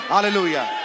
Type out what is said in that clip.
Hallelujah